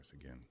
again